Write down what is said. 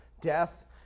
death